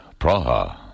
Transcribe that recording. Praha